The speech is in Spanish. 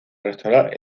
restaurar